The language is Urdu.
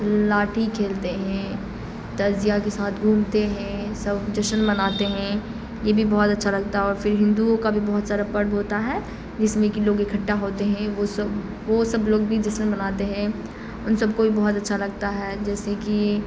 لاٹھی کھیلتے ہیں تجزیا کے ساتھ گھومتے ہیں سب جشن مناتے ہیں یہ بھی بہت اچھا لگتا ہے اور پھر ہندوؤں کا بھی بہت سارا پرب ہوتا ہے جس میں کہ لوگ اکھٹا ہوتے ہیں وہ سب وہ سب لوگ بھی جسن مناتے ہیں ان سب کو بھی بہت اچھا لگتا ہے جیسے کہ